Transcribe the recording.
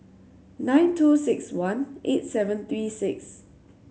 nine two six one eight seven three six